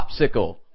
popsicle